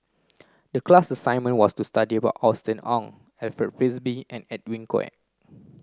the class assignment was to study about Austen Ong Alfred Frisby and Edwin Koek